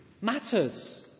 matters